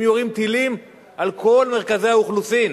הם יורים טילים על כל מרכזי האוכלוסין.